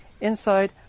Inside